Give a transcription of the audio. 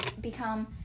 become